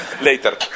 Later